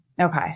Okay